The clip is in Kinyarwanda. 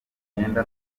imyenda